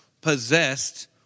possessed